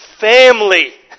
family